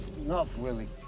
enough, willie.